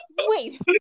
Wait